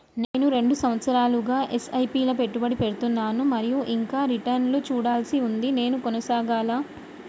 నేను రెండు సంవత్సరాలుగా ల ఎస్.ఐ.పి లా పెట్టుబడి పెడుతున్నాను మరియు ఇంకా రిటర్న్ లు చూడాల్సి ఉంది నేను కొనసాగాలా?